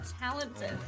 talented